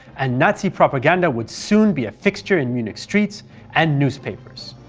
and nazi propaganda would soon be a fixture in munich streets and newspapers.